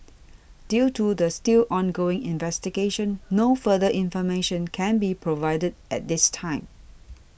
due to the still ongoing investigation no further information can be provided at this time